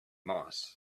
moss